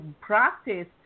practice